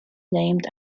named